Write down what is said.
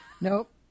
Nope